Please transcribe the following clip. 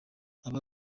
aba